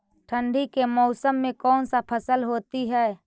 ठंडी के मौसम में कौन सा फसल होती है?